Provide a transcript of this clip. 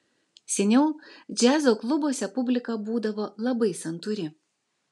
seniau džiazo klubuose publika būdavo labai santūri